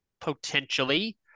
potentially